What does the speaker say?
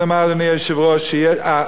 הגזירות של היום,